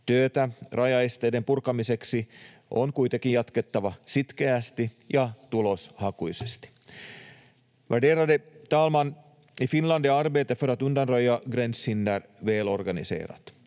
Työtä rajaesteiden purkamiseksi on kuitenkin jatkettava sitkeästi ja tuloshakuisesti. Värderade talman! I Finland är arbetet för att undanröja gränshinder välorganiserat.